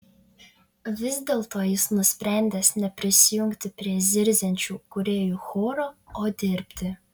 vis dėlto jis nusprendęs neprisijungti prie zirziančių kūrėjų choro o dirbti